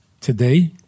today